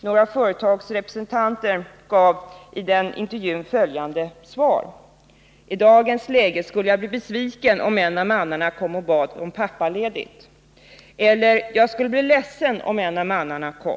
Några företagsrepresentanter gav i dessa intervjuer följande svar: ”T dagens läge skulle jag bli besviken om en av mannarna kom och bad om pappaledigt.” ”Jag skulle bli ledsen om en av mannarna kom.